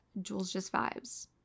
JulesJustVibes